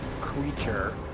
creature